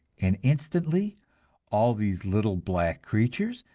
and instantly all these little black creatures,